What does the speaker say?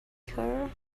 her